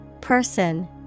Person